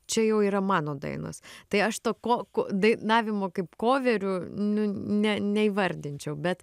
čia jau yra mano dainos tai aš to ko dainavimo kaip koverių nu ne neįvardinčiau bet